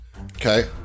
Okay